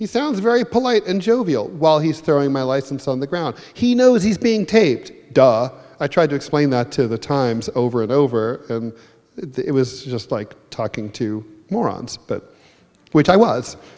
he sounds very polite and jovial while he's throwing my license on the ground he knows he's being taped i tried to explain that to the times over and over it was just like talking to morons but which i was